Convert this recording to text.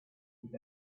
with